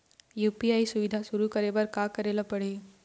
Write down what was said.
UPI सुविधा शुरू करे बर का करे ले पड़ही?